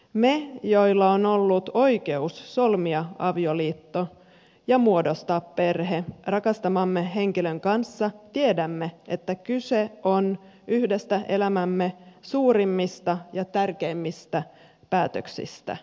me joilla on ollut oikeus solmia avioliitto ja muodostaa perhe rakastamamme henkilön kanssa tiedämme että kyse on yhdestä elämämme suurimmista ja tärkeimmistä päätöksistä